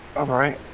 alright.